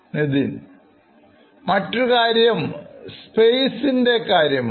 Nithin മറ്റൊരുകാര്യം സ്പേസ്ൻറെ കാര്യമാണ്